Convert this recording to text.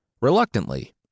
Reluctantly